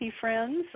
friends